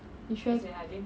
you sure